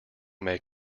may